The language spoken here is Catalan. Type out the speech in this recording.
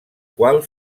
qual